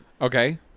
Okay